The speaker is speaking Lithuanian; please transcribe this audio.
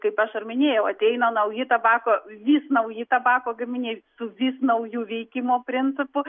kaip aš ir minėjau ateina nauji tabako vis nauji tabako gaminiai su vis naujų veikimo principu